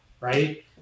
right